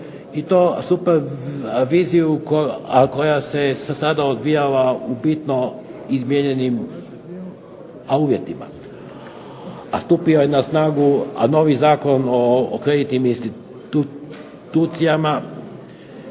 i to supraviziju a koja se je sada odvijala u bitno izmijenjenim uvjetima, a stupio je na snagu novi Zakon o kreditnim institucijama,